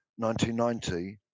1990